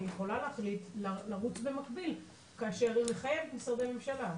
היא יכולה להחליט לרוץ במקביל כאשר היא מחייבת משרדי ממשלה.